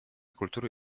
kultury